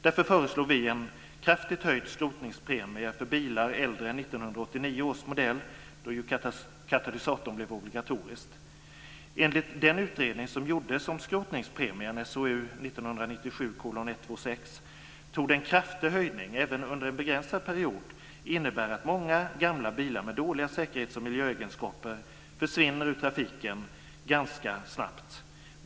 Därför föreslår vi en kraftigt höjd skrotningspremie för bilar äldre än 1989 SOU 1997:126 - torde en kraftig höjning även under en begränsad period innebära att många gamla bilar med dåliga säkerhets och miljöegenskaper försvinner ur trafiken ganska snabbt.